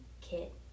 kit